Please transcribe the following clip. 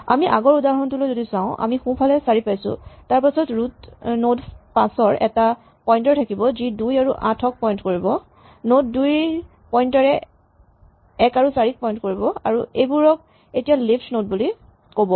আমি আগৰ উদাহৰণটোলৈ যদি চাওঁ আমি সোঁফালে ৪ পাইছো তাৰপাছত ৰুট নড ৫ ৰ এটা পইন্টাৰ থাকিব যি ২ আৰু ৮ ক পইন্ট কৰিব নড ২ ৰ পইন্টাৰ ৰে ১ আৰু ৪ ক পইন্ট কৰিব এইবোৰক এতিয়া লিফ নড বুলি ক'ব